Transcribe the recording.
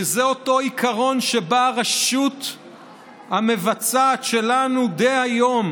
וזה אותו עיקרון שבו הרשות המבצעת שלנו דהיום